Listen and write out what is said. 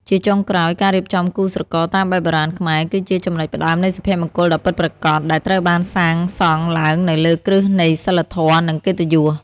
ជាចុងក្រោយ ការរៀបចំគូស្រករតាមបែបបុរាណខ្មែរ គឺជា "ចំណុចផ្ដើមនៃសុភមង្គលដ៏ពិតប្រាកដ" ដែលត្រូវបានសាងសង់ឡើងនៅលើគ្រឹះនៃសីលធម៌ និងកិត្តិយស។